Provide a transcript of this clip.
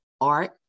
art